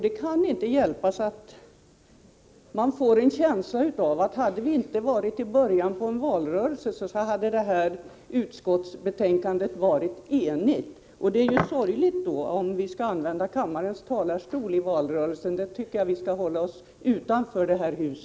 Det kan inte hjälpas att man får en känsla av att detta utskottsbetänkande, om vi inte hade befunnit oss i början av en valrörelse, hade varit enhälligt. Det är sorgligt om vi skall använda kammarens talarstol i valrörelsen. Valrörelsen skall vi hålla utanför detta hus.